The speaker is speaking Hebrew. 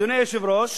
אדוני היושב-ראש,